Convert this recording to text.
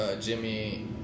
Jimmy